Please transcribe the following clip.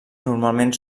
normalment